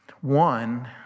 One